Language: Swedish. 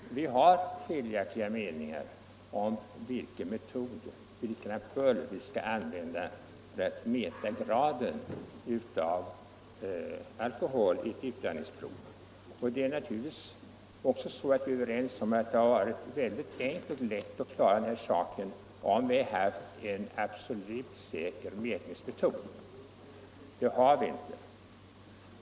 Däremot har vi skiljaktiga meningar om vilken ampull som skall användas för att mäta graden av alkohol i ett utandningsprov. Det har ju varit enkelt att klara den här saken, om vi hade haft en absolut säker mätningsmetod. Det har vi inte.